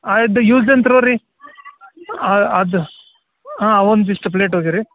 ಅದು use and throw ರೀ ಹಾಂ ಅದ್ ಹಾಂ ಒಂದಿಷ್ಟು ಪ್ಲೇಟ್